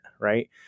Right